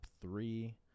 three